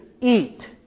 eat